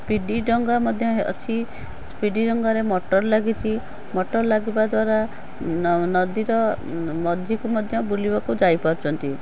speed ଡଙ୍ଗା ମଧ୍ୟ ଅଛି ସ୍ପୀଡ଼୍ ଡଙ୍ଗାରେ ମୋଟର୍ ଲାଗିଛି ମୋଟର୍ ଲାଗିବା ଦ୍ୱାରା ନଦୀର ମଝିକୁ ମଧ୍ୟ ବୁଲିବାକୁ ଯାଇପାରୁଛନ୍ତି